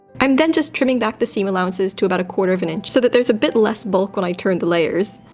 i'm then just trimming back the seam allowances to about a quarter of an inch so that there's a bit less bulk when i turn the layers.